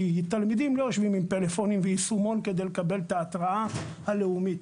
כי תלמידים לא יושבים עם פלאפונים ויישומון כדי לקבל את ההתרעה הלאומית.